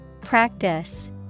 Practice